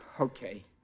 Okay